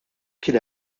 kien